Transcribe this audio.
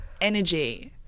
energy